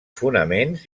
fonaments